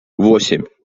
восемь